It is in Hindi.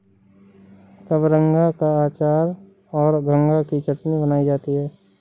कबरंगा का अचार और गंगा की चटनी बनाई जाती है